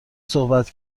صحبت